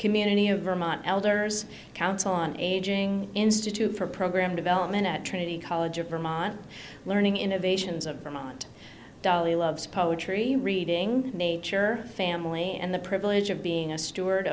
community of vermont elders council on aging institute for program development at trinity college of vermont learning innovations of vermont dolly loves poetry reading nature family and the privilege of being a steward